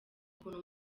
ukuntu